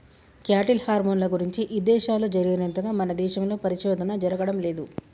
cattle హార్మోన్ల గురించి ఇదేశాల్లో జరిగినంతగా మన దేశంలో పరిశోధన జరగడం లేదు